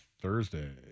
Thursday